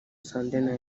sunday